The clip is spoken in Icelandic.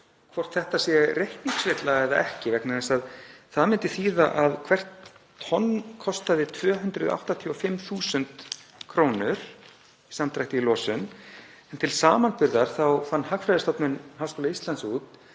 hvort þetta er reikningsvilla eða ekki vegna þess að það myndi þýða að hvert tonn kostaði 285.000 kr. í samdrætti í losun en til samanburðar þá fann Hagfræðistofnun Háskóla Íslands út